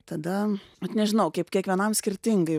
tada vat nežinau kaip kiekvienam skirtingai